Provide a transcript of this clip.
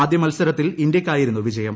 ആദ്യ മത്സരത്തിൽ ഇന്ത്യയ്ക്കായിരുന്നു വിജയം